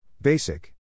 Basic